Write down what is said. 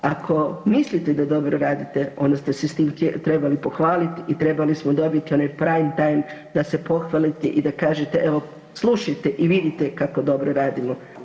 Ako mislite da dobro radite onda ste se s tim trebali pohvaliti i trebali smo dobiti onaj prime time da se pohvalite i da kažete evo slušajte i vidite kako dobro radimo.